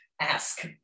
ask